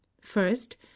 first